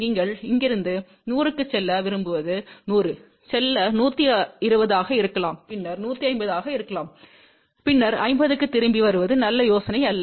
நீங்கள் இங்கிருந்து 100 க்கு செல்ல விரும்புவது 100 செல்ல 120 ஆக இருக்கலாம் பின்னர் 150 ஆக இருக்கலாம் பின்னர் 50 க்கு திரும்பி வருவது நல்ல யோசனையல்ல